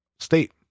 state